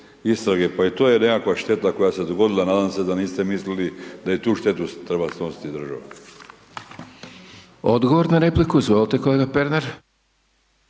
Pa i to je nekakva šteta koja se dogodila, nadam se da niste mislili da i tu štetu treba snositi država.